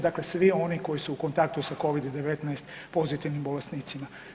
Dakle, svi oni koji su u kontaktu sa covid-19 pozitivnim bolesnicima.